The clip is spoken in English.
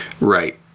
Right